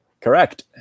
Correct